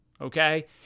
Okay